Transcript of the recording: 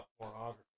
pornography